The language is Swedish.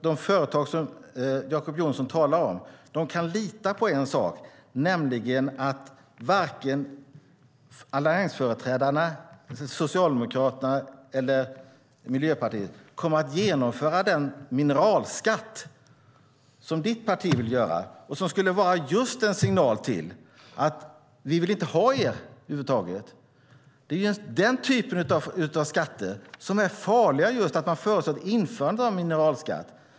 De företag som Jacob Johnson talar om kan lita på en sak, nämligen att varken alliansföreträdarna, Socialdemokraterna eller Miljöpartiet kommer att genomföra den mineralskatt som ditt parti vill göra och som skulle vara just en signal om att vi inte vill ha företagen över huvud taget. Det är den typen av skatter som är farliga. Man föreslår ett införande av en mineralskatt.